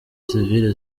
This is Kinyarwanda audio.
sivile